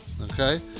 Okay